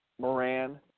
Moran